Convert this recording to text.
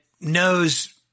knows